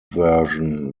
version